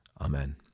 Amen